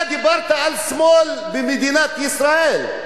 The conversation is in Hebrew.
אתה דיברת על שמאל במדינת ישראל,